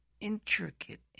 intricate